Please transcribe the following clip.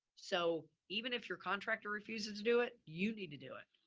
so even if your contractor refuses to do it, you need to do it.